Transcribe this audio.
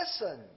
listen